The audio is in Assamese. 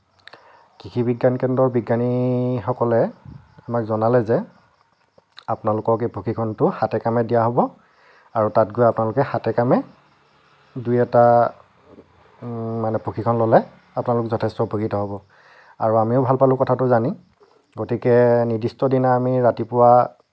কৃষি বিজ্ঞান কেন্দ্ৰৰ বিজ্ঞানীসকলে আমাক জনালে যে আপোনালোকক এই প্ৰশিক্ষণটো হাতে কামে দিয়া হ'ব আৰু তাত গৈ আপোনালোকে হাতে কামে দুই এটা মানে প্ৰশিক্ষণ ল'লে আপোনালোক যথেষ্ট উপকৃত হ'ব আৰু আমিও ভাল পালোঁ কথাটো জানি গতিকে নিৰ্দিষ্ট দিনা আমি ৰাতিপুৱা